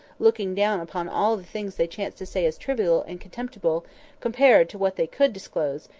looking down upon all the things they chance to say as trivial and contemptible compared to what they could disclose,